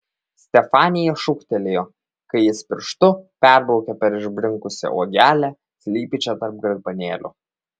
stefanija šūktelėjo kai jis pirštu perbraukė per išbrinkusią uogelę slypinčią tarp garbanėlių